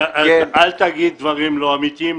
בוא, אל תגיד דברים לא אמיתיים.